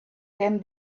can